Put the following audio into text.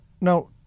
now